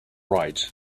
right